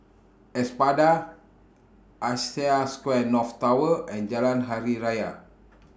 Espada Asia Square North Tower and Jalan Hari Raya